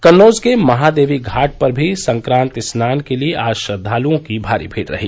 कन्नौज के महादेवी घाट पर भी संक्रांति स्नान के लिये आज श्रद्वालुओं की भारी भीड़ रही